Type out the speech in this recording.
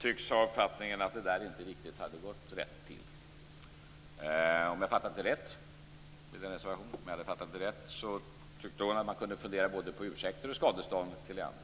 tycks ha uppfattningen att det inte hade gått riktigt rätt till. Med reservation för att jag har uppfattat det rätt tyckte hon att man kunde fundera på både ursäkter och skadestånd till Leander.